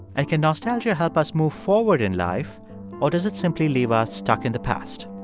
and can nostalgia help us move forward in life or does it simply leave us stuck in the past?